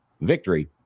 victory